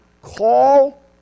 call